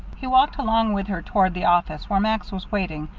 he walked along with her toward the office, where max was waiting,